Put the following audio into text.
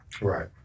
Right